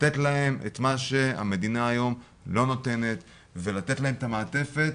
לתת להם את מה שהמדינה היום לא נותנת ולתת להם את המעטפת